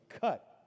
cut